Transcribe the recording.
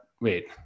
wait